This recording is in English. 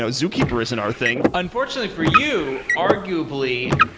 ah zookeeper isn't our thing. unfortunately for you, arguably.